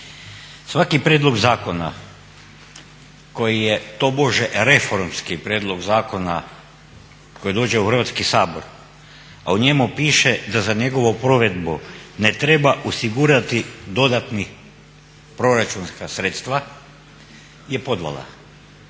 Svaki prijedlog zakona koji je tobože reformski prijedlog zakona koji dođe u Hrvatski sabor a u njemu piše da za njegovu provedbu ne treba osigurati dodatna proračunska sredstva je podvala,